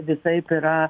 visaip yra